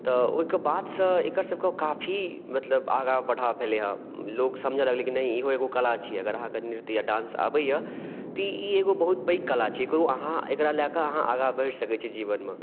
तऽ ओहि के बाद सऽ एकर सब के काफी मतलब आगाँ बढाव भेलै हँ लोग समझऽ लगलै कि नहि इहो एगो कला छै अगर अहाँ के नृत्य या डांस आबैया तऽ ई एगो बहुत पैघ कला छै एकरो अहाँ एकरा लए कऽ अहाँ आगाँ बढि सकै छियै जीवन मे